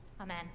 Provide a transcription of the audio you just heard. Amen